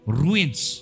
ruins